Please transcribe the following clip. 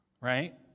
right